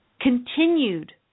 continued